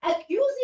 accusing